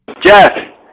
Jeff